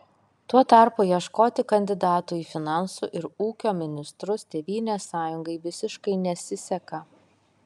tuo tarpu ieškoti kandidatų į finansų ir ūkio ministrus tėvynės sąjungai visiškai nesiseka